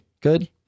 Good